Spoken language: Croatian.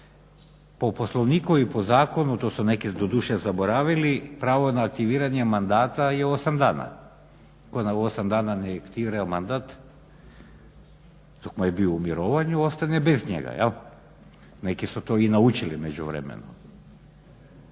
Po Poslovniku i po zakonu to su neki, doduše zaboravili pravo na aktiviranje mandata je 8 dana. Tko u 8 dana ne aktivira mandat dok mu je bio u mirovanju ostane bez njega, jel? Neki su to i naučili u međuvremenu.